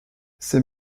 ces